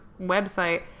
website